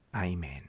Amen